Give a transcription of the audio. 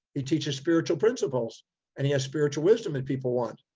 he teaches spiritual principles and he has spiritual wisdom that people want.